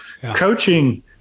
coaching